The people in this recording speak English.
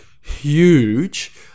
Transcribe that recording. huge